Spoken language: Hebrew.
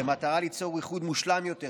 כדי ליצור איחוד מושלם יותר,